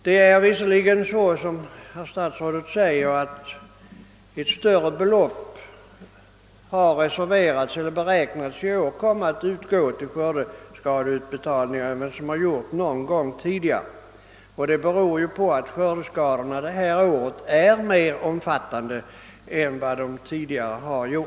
Det är visserligen så som herr statsrådet säger att ett större belopp har beräknats i år komma att utgå i form av enskilda skadeersättningar än vad som förekommit någon gång tidigare, och det beror på att skördeskadorna i år är mer omfattande än vad som tidigare varit fallet.